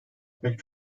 pek